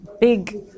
big